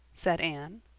said anne.